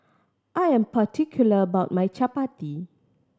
I am particular about my chappati